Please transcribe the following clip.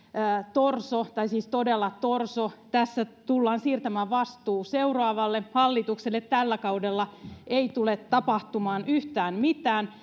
torso tai siis todella torso tässä tullaan siirtämään vastuu seuraavalle hallitukselle tällä kaudella ei tule tapahtumaan yhtään mitään